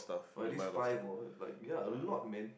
but at least five or like ya a lot man